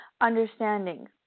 Understanding